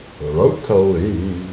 locally